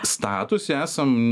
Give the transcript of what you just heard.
statuse esam